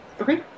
Okay